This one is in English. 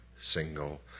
single